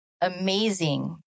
amazing